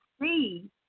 see